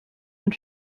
und